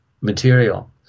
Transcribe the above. material